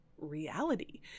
reality